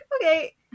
okay